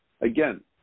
Again